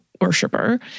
worshiper